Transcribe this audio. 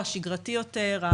השגרתי יותר,